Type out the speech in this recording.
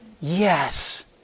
Yes